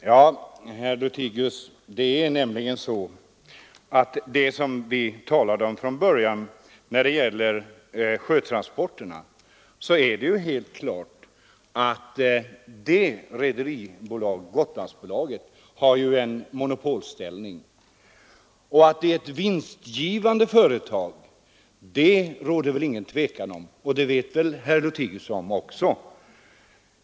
Fru talman! Beträffande det som vi talade om från början, nämligen sjötransporterna, vill jag säga att Gotlandsbolaget självfallet har en monopolställning. Att det också är ett vinstgivande företag råder det väl inget tvivel om, och det vet nog även herr Lothigius.